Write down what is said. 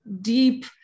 deep